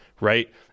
right